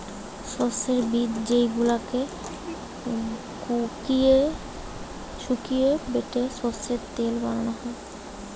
সোর্সের বীজ যেই গুলাকে শুকিয়ে বেটে সোর্সের তেল বানানা হচ্ছে